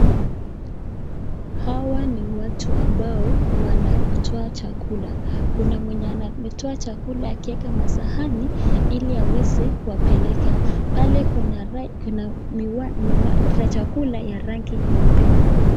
Hawa ni watu ambao wanatoa chakula. Kuna mwenye ametoa chakula akieka masahani ili aweze kuwapeleka. Pale kuna chakula ya rangi nyeupe.